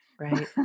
right